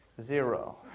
Zero